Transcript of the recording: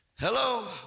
Hello